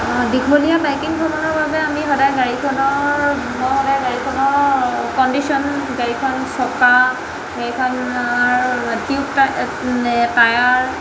দীঘলীয়া বাইকিংখনৰ বাবে আমি সদায় গাড়ীখনৰ মই সদায় গাড়ীখনৰ কণ্ডিশ্যন গাড়ীখন চকা গাড়িখনৰ টিউব টায়াৰ